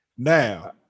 Now